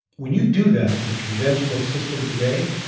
when you do that in the conventional system today,